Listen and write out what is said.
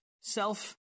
self